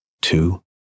two